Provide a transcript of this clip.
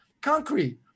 concrete